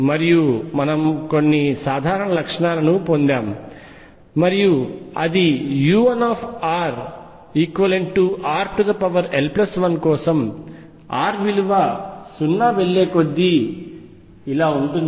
మరియు మనము కొన్ని సాధారణ లక్షణాలను పొందాము మరియు అది ulrrl1 కోసం r విలువ 0 వెళ్ళే కొద్దీ ఇలా ఉంటుంది